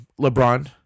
LeBron